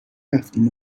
رفتیم